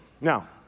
Now